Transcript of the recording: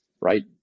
right